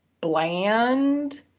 bland